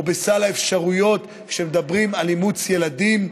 בסל האפשרויות כשמדברים על אימוץ ילדים,